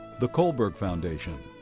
the kohlberg foundation.